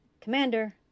Commander